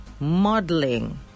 modeling